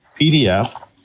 PDF